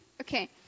Okay